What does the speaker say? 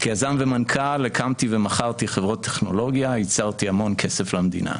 כיזם ומנכ"ל הקמתי ומכרתי חברות טכנולוגיה וייצרתי המון כסף למדינה.